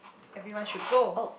everyone should go